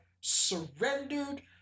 surrendered